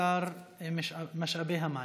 לשר למשאבי המים.